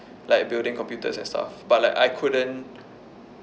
like building computers and stuff but like I couldn't